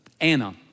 Anna